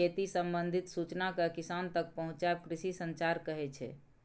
खेती संबंधित सुचना केँ किसान तक पहुँचाएब कृषि संचार कहै छै